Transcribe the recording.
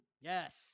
Yes